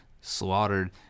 slaughtered